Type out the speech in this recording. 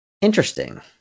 interesting